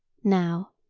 now,